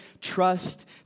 trust